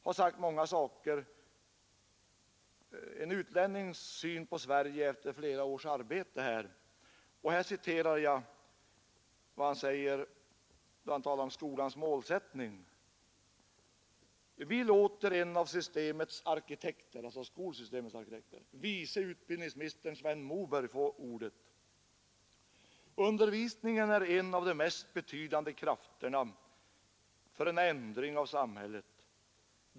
Författaren har givit en utlännings syn på Sverige efter många års arbete ättning: ”Vi låter en av systemets här. Han skriver på tal om skolans må arkitekter, vice utbildningsminister Sven Moberg få ordet: ”Undervisningen är en av de mest betydande krafterna för en ändring av samhället.